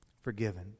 forgiven